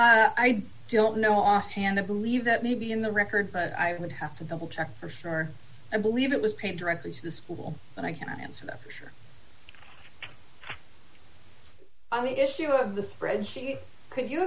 know i don't know offhand i believe that may be in the record but i would have to double check for sure i believe it was paid directly to the school but i can't answer that for sure on the issue of the friendship could you